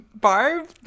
Barb